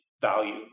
value